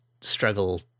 struggle